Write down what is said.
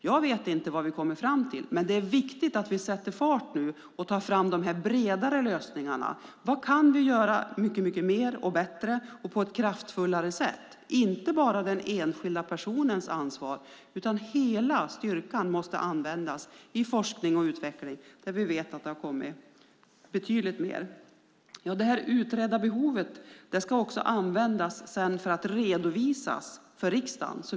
Jag vet inte vad vi kommer fram till. Men det är viktigt att vi sätter fart nu och tar fram dessa bredare lösningar. Vad kan vi göra mycket mer och bättre och på ett kraftfullare sätt? Det är inte bara den enskilda personens ansvar, utan hela styrkan måste användas i forskning och utveckling där vi vet att det har kommit betydligt mycket mer. Det utredda behovet ska sedan också användas och redovisas för riksdagen.